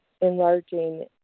enlarging